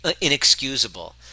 inexcusable